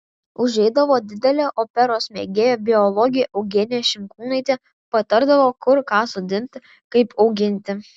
užeidavo didelė operos mėgėja biologė eugenija šimkūnaitė patardavo kur ką sodinti kaip auginti